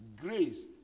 grace